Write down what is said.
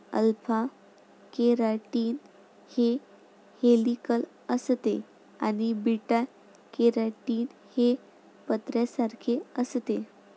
alpha keratin हे helical असते आणि बीटा केराटीन हे पत्र्यासारखे असते